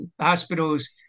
hospitals